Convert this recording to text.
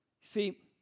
See